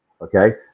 Okay